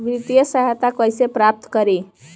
वित्तीय सहायता कइसे प्राप्त करी?